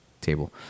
table